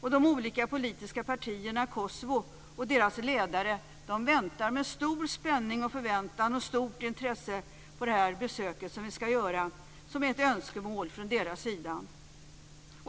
Och de olika politiska partierna i Kosovo och deras ledare väntar med stor spänning och förväntan och stort intresse på det besök som vi ska göra och som är ett önskemål från deras sida.